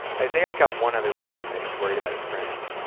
isaiah's got one other reason that he's worried about his friend.